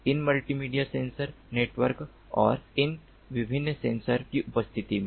इन multimedia sensor network और इन विभिन्न सेंसर की उपस्थिति में